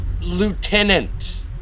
lieutenant